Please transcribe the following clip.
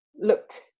looked